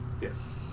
Yes